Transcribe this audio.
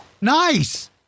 Nice